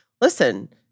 listen—